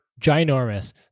ginormous